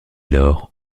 lors